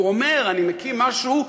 אומר: אני מקים משהו,